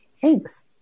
Thanks